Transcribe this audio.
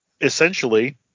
essentially